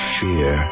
fear